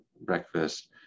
breakfast